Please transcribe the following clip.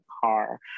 car